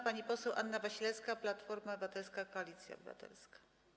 Pani poseł Anna Wasilewska, Platforma Obywatelska - Koalicja Obywatelska.